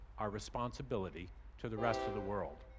our responsibility to the rest of the world.